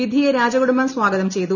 വിധിയെ രാജകുടുംബം സ്വാഗതം ചെയ്തു